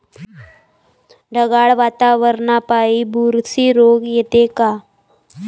ढगाळ वातावरनापाई बुरशी रोग येते का?